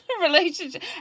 relationship